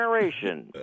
generation